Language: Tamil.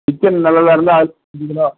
சிக்கன் நல்லதாக இருந்தால் அது அஞ்சு கிலோ